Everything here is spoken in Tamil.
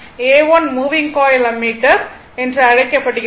A 1 மூவிங் காயில் அம்மீட்டர் என்று அழைக்கப்படுகிறது